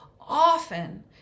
often